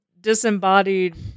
disembodied